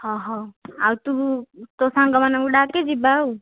ହଁ ହଉ ଆଉ ତୁ ତୋ ସାଙ୍ଗମାନଙ୍କୁ ଡାକେ ଯିବା ଆଉ